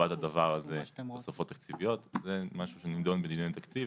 לטובת הדבר הזה תוספות תקציביות זה משהו שנידון בדיוני תקציב.